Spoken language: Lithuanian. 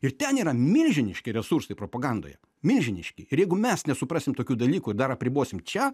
ir ten yra milžiniški resursai propagandoje milžiniški ir jeigu mes nesuprasim tokių dalykų ir dar apribosim čia